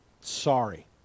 Sorry